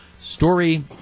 Story